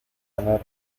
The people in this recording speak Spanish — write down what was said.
amor